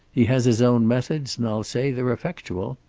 he has his own methods, and i'll say they're effectual.